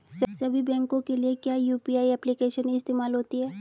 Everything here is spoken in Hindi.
सभी बैंकों के लिए क्या यू.पी.आई एप्लिकेशन ही इस्तेमाल होती है?